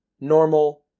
normal